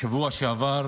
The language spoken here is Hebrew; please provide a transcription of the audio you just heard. בשבוע שעבר